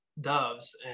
doves